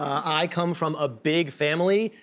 i come from a big family,